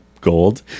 gold